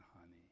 honey